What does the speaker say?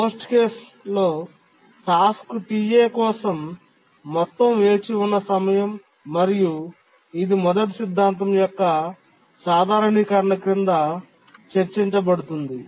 చెత్త సందర్భంలో task Ta కోసం మొత్తం వేచి ఉన్న సమయం మరియు ఇది మొదటి సిద్ధాంతం యొక్క సాధారణీకరణ క్రింద చర్చించబడింది